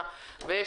אופנה,